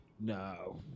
No